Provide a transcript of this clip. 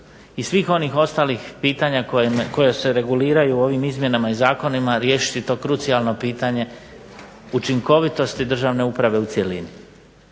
i svih onih ostalih pitanja koja se reguliraju ovim izmjenama i zakonima riješiti to krucijalno pitanje učinkovitosti državne uprave u cjelini.